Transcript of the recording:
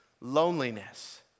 loneliness